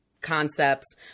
concepts